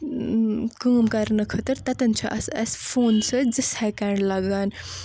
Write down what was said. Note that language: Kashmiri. کٲم کرنہٕ خٲطرٕ تتٮ۪ن چھِ اسہِ اسہِ فونہٕ سۭتۍ زٕ سیٚکنڈ لگان